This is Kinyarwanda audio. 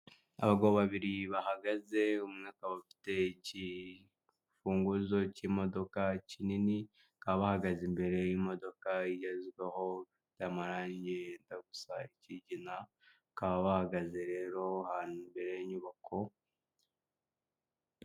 Abagabo babiri bahagaze, umwe akaba afite ikifunguzo cy'imodoka kinini, bakaba bahagaze imbere y'imodoka igezweho y'amarange yenda gusa ikigina, bakaba bahagaze rero ahantu imbere y'inyubako...